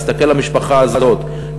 תסתכל על המשפחה הזאת,